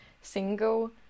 single